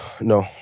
No